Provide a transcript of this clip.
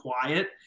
quiet